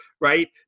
right